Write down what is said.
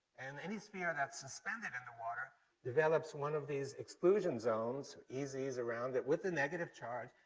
and any sphere that's suspended in the water develops one of these exclusion zones, ez's, around it, with the negative charge,